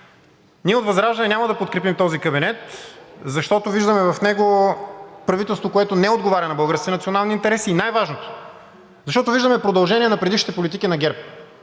Ние от ВЪЗРАЖДАНЕ няма да подкрепим този кабинет, защото виждаме в него правителство, което не отговаря на българските национални интереси, и най-важното, защото виждаме продължение на предишните политики на ГЕРБ.